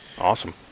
Awesome